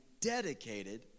dedicated